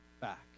back